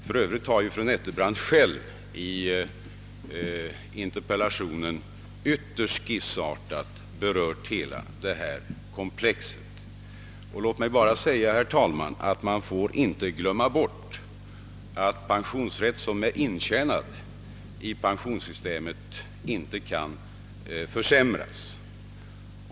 För övrigt har fru Nettelbrandt själv i interpellationen ytterst skissartat berört hela det här komplexet. Låt mig bara, herr talman, erinra om att pensionsrätt som är intjänad i pensionssystemet inte kan försämras.